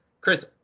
Chris